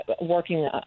working